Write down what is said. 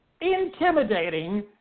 intimidating